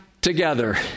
together